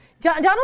Donald